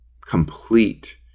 complete